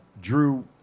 Drew